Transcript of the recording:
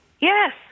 Yes